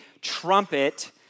trumpet